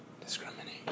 discriminate